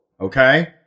Okay